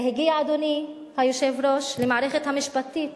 זה הגיע, אדוני היושב-ראש, למערכת המשפטית,